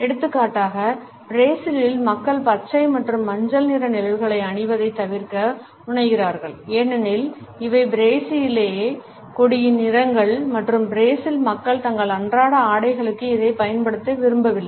எடுத்துக்காட்டாக பிரேசிலில் மக்கள் பச்சை மற்றும் மஞ்சள் நிற நிழல்களை அணிவதைத் தவிர்க்க முனைகிறார்கள் ஏனெனில் இவை பிரேசிலியக் கொடியின் நிறங்கள் மற்றும் பிரேசில் மக்கள் தங்கள் அன்றாட ஆடைகளுக்கு இதைப் பயன்படுத்த விரும்பவில்லை